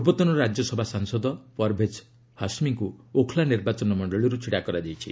ପୂର୍ବତନ ରାଜ୍ୟସଭା ସାଂସଦ ପରବେଜ ହାସମିଙ୍କ ଓଖଲା ନିର୍ବାଚନ ମଣ୍ଡଳୀରୁ ଛିଡ଼ା କରାଯାଇଛି